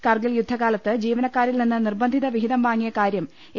കർഗിൽ യുദ്ധകാലത്ത് ജീവനക്കാരിൽ നിന്ന് നിർബന്ധിത വിഹിതം വാങ്ങിയ കാര്യം എ